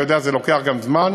אתה יודע שזה לוקח גם זמן